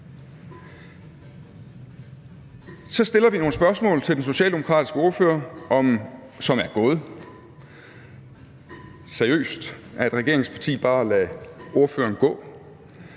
Så stiller vi nogle spørgsmål til den socialdemokratiske ordfører, som er gået – tænk, at et regeringsparti bare lader ordføreren gå